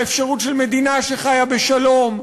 באפשרות של מדינה שחיה בשלום,